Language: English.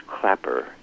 Clapper